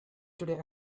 today